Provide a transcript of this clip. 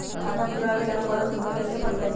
खाता खोलबाबे ला फरम कैसे भरतई?